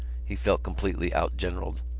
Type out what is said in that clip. he felt completely out-generalled.